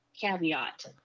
Caveat